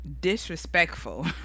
disrespectful